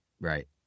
right